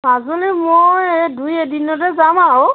মাজুলী মই এই দুই এদিনতে যাম আৰু